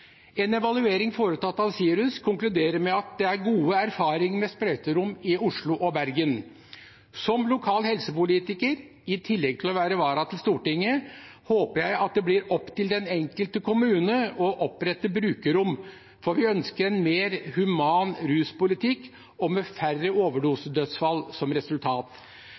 En evaluering foretatt av SIRUS konkluderer med at det er gode erfaringer med sprøyterom i Oslo og Bergen. Som lokal helsepolitiker, i tillegg til å være vara på Stortinget, håper jeg det blir opp til den enkelte kommune å opprette brukerrom, for vi ønsker en mer human ruspolitikk – med færre overdosedødsfall som resultat.